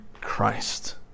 Christ